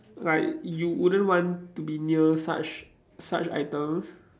like you wouldn't want to be near such such items